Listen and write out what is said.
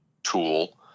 tool